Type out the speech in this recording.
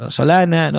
Solana